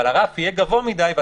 אבל הרף יהיה גבוה מדי וסמכות,